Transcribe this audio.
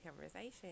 conversation